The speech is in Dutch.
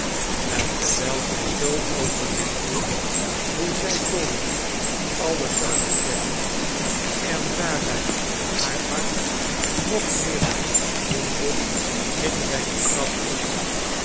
zien terwijl zij zoo overlegde hoe zij dolly alles zou bekennen en daarbij haar hart nog meer wondde ging zij de trap op